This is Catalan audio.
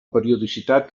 periodicitat